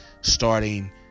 starting